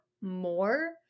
more